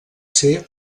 ser